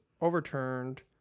overturned